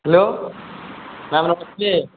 hello